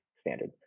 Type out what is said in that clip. standard